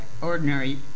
ordinary